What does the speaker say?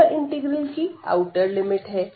यह इंटीग्रल की outer limit है